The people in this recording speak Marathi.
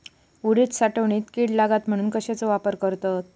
उडीद साठवणीत कीड लागात म्हणून कश्याचो वापर करतत?